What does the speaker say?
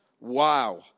Wow